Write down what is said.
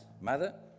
mother